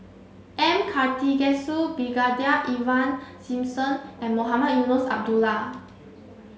M Karthigesu Brigadier Ivan Simson and Mohamed Eunos Abdullah